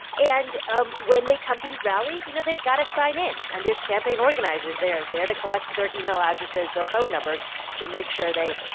and um when they come to these rallies, you know, they've got to sign in. and there's campaign organizers there there to collect their email addresses, their phone numbers to make sure they,